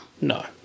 No